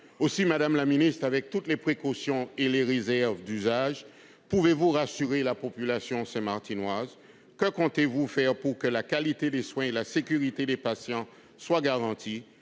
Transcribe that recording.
Aussi, madame la ministre, avec toutes les réserves et précautions d'usage, pouvez-vous rassurer la population saint-martinoise ? Que comptez-vous faire pour que la qualité des soins et la sécurité des patients soient garanties,